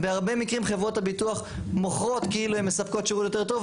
בהרבה מקרים חברות הביטוח מוכרות כאילו הן מספקות שירות יותר טוב,